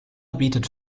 bietet